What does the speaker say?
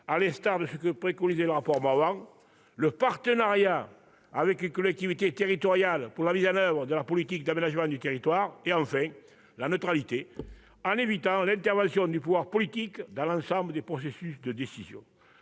à l'instar de ce que préconisait le rapport Morvan ; le partenariat avec les collectivités territoriales pour la mise en oeuvre de la politique d'aménagement du territoire ; et, enfin, la neutralité en évitant l'intervention du pouvoir politique dans l'ensemble des processus de décision.